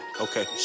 okay